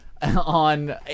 on